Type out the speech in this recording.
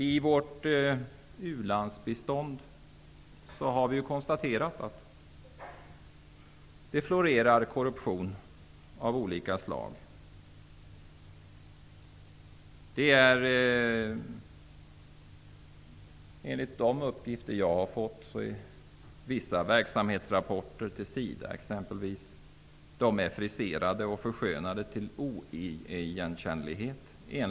I vårt u-landsbistånd har vi konstaterat att det florerar korruption av olika slag. Enligt de uppgifter som jag har fått är exempelvis vissa verksamhetsrapporter till SIDA friserade och förskönade till oigenkännlighet.